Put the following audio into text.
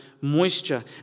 moisture